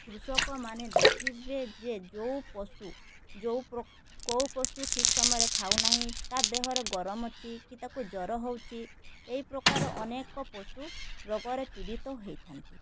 କୃଷକ ମାନେ ଦେଖିବେ ଯେ ଯୋଉ ପଶୁ ଯେଉଁ କେଉଁ ପଶୁ ଠିକ୍ ସମୟରେ ଖାଉ ନାହିଁ ତା ଦେହରେ ଗରମ ଅଛି କି ତାକୁ ଜର ହଉଛି ଏଇ ପ୍ରକାର ଅନେକ ପଶୁ ରୋଗରେ ପୀଡ଼ିତ ହେଇଥାନ୍ତି